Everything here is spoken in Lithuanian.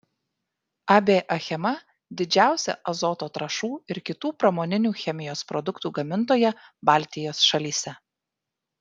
ab achema didžiausia azoto trąšų ir kitų pramoninių chemijos produktų gamintoja baltijos šalyse